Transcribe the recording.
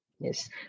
Yes